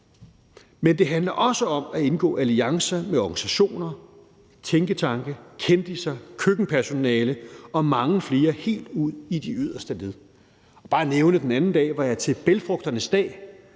men det handler også om at indgå alliancer med organisationer, tænketanke, kendisser, køkkenpersonale og mange flere helt ud i de yderste led. Jeg vil bare nævne, at jeg den anden dag var til bælgfrugternes dag,